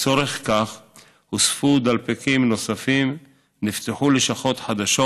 לצורך זה הוספו דלפקים, נפתחו לשכות חדשות,